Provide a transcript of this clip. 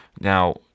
Now